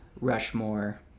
Rushmore